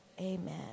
amen